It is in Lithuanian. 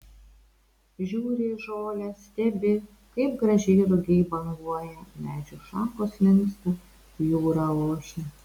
žiūri į žolę stebi kaip gražiai rugiai banguoja medžių šakos linksta jūra ošia